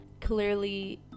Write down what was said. clearly